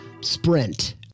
sprint